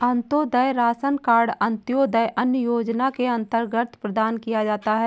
Antyodaya ration card अंत्योदय अन्न योजना के अंतर्गत प्रदान किया जाता है